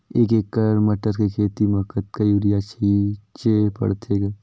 एक एकड़ मटर के खेती म कतका युरिया छीचे पढ़थे ग?